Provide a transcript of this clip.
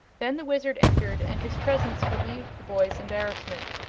then the wizard entered, and his presence relieved the boy's embarrassment.